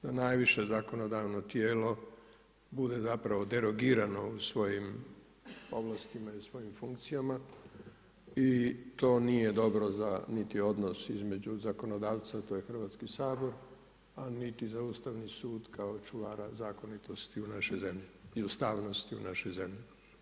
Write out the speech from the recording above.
To najviše zakonodavno tijelo bude derogirano u svojim ovlastima i svojim funkcijama i to nije dobro za niti odnosi između zakonodavca, to je Hrvatski sabor, a niti za Ustavni sud kao čuvara zakonitosti u našoj zemlji i ustavnosti u našoj zemlji.